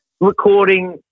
recording